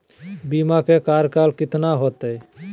बीमा के कार्यकाल कितना होते?